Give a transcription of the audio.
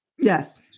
Yes